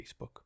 Facebook